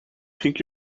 think